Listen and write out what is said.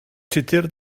tudur